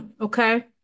okay